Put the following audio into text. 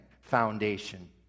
foundation